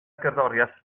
gerddoriaeth